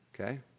Okay